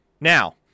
Now